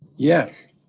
yes.